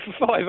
five